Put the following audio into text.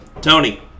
Tony